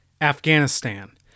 Afghanistan